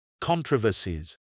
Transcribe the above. controversies